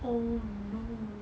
oh no